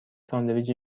ساندویچ